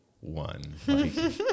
one